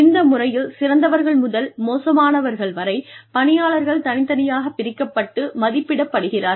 இந்த முறையில் சிறந்தவர்கள் முதல் மோசமானவர்கள் வரை பணியாளர்கள் தனித்தனியாகப் பிரிக்கப்பட்டு மதிப்பிடப்படுகிறார்கள்